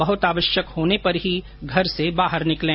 बहुत आवश्यक होने पर ही घर से बाहर निकलें